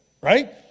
right